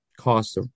cost